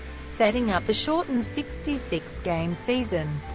setting up a shortened sixty six game season.